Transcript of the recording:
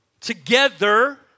together